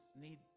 need